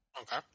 Okay